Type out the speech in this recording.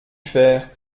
faire